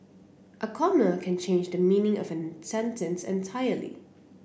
a comma can change the meaning of a sentence entirely